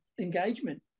engagement